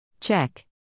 Check